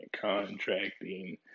contracting